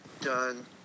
done